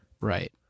Right